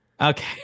Okay